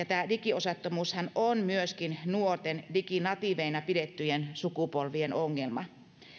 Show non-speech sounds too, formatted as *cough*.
*unintelligible* tämä digiosattomuushan on myöskin nuorten diginatiiveina pidettyjen sukupolvien ongelma